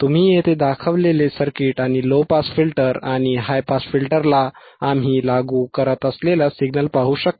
तुम्ही येथे दाखवलेले सर्किट आणि लो पास फिल्टर आणि हाय पास फिल्टरला आम्ही लागू करत असलेला सिग्नल पाहू शकता